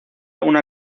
una